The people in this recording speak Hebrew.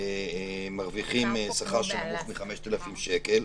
מרוויחים שכר שנמוך מ-5,000 שקל.